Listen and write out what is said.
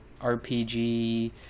RPG